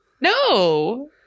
no